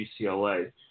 UCLA